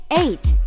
eight